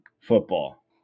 football